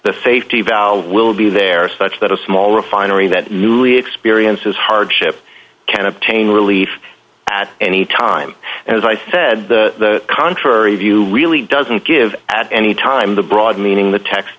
the safety valve will be there such that a small refinery that newly experiences hardship can obtain relief at any time and as i said the contrary view really doesn't give at any time the broad